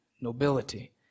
nobility